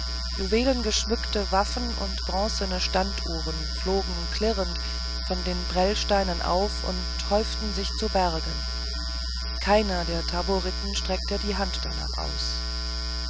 juwelengeschmückte waffen und bronzene standuhren flogen klirrend von den prellsteinen auf und häuften sich zu bergen keiner der taboriten streckte die hand danach aus